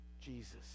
Jesus